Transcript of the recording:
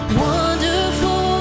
wonderful